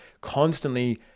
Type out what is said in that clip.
constantly